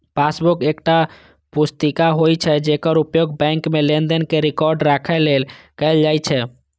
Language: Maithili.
पासबुक एकटा पुस्तिका होइ छै, जेकर उपयोग बैंक मे लेनदेन के रिकॉर्ड राखै लेल कैल जाइ छै